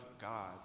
God